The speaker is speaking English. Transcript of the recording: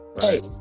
Hey